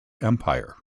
empire